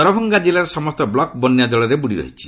ଦରଭଙ୍ଗା ଜିଲ୍ଲାର ସମସ୍ତ ବ୍ଲକ ବନ୍ୟା ଜଳରେ ବୁଡ଼ିରହିଛି